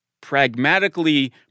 pragmatically